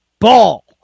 ball